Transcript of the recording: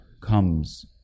comes